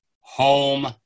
home